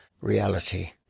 reality